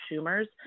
Schumer's